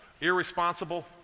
Irresponsible